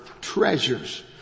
treasures